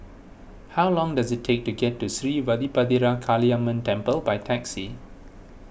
how long does it take to get to Sri Vadapathira Kaliamman Temple by taxi